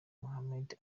muhammad